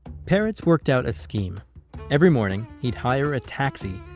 peretz worked out a scheme every morning he'd hire a taxi,